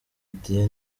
dieu